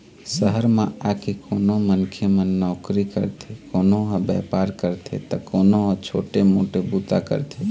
सहर म आके कोनो मनखे मन नउकरी करथे, कोनो ह बेपार करथे त कोनो ह छोटे मोटे बूता करथे